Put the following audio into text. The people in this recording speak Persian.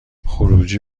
خروجی